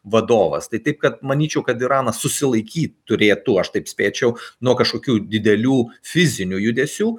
vadovas tai taip kad manyčiau kad iranas susilaiky turėtų aš taip spėčiau nuo kažkokių didelių fizinių judesių